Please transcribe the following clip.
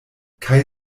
kaj